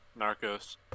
Narcos